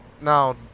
Now